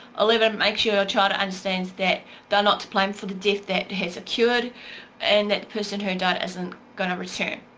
eleven make sure child understand that they are not to blame for the death that has occuredd and that person who and died isn't going to return.